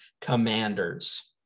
commanders